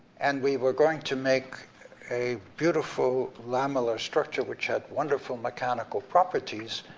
and we were going to make a beautiful lamellar structure, which had wonderful mechanical properties,